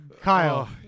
Kyle